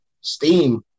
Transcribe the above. steam